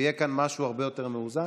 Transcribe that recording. ויהיה כאן משהו הרבה יותר מאוזן,